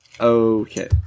Okay